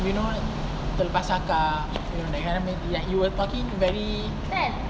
you know terlepas cakap you know that kind of thing like you were talking very